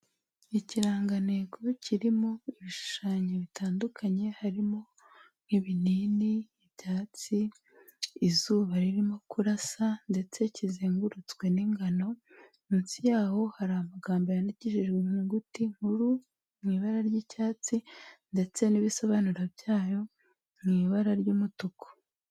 Ikirangantego kirimo ibishushanyo bitandukanye harimo ibinini, ibyatsi izuba ririmo kurasa, ndetse kizengurutswe n'ingano, munsi yaho hari amagambo yandikijejwe inyuguti nkuru, mu ibara ry'icyatsi, ndetse n'ibisobanuro byayo mu ibara ry'umutuku.